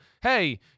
hey